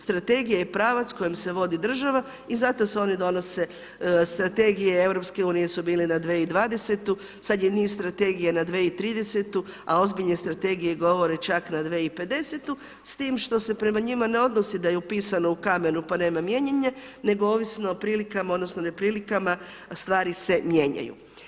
Strategija je pravac kojom se vodi država i zato se oni donose, strategije EU su bili na 2020. sada je niz strategiju na 2030. a ozbiljne strategije govore čak i na 2050. s tim da se prema njima ne odnosi da je upisano u kamenu, pa nema mijenjanja, nego ovisno o prilikama, odnosno, neprilikama, stvari se mijenjaju.